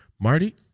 Marty